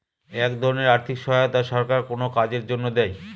এক ধরনের আর্থিক সহায়তা সরকার কোনো কাজের জন্য দেয়